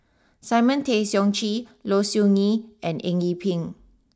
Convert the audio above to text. Simon Tay Seong Chee Low Siew Nghee and Eng Yee Peng